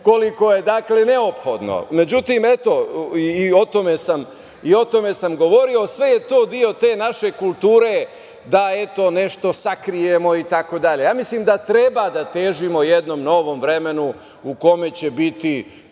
koliko je, dakle, neophodno.Međutim, eto, i o tome sam govorio. Sve je to deo te naše kulture da nešto sakrijemo, itd. Mislim da treba da težimo jednom novom vremenu u kome će biti